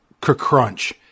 crunch